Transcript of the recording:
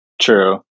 True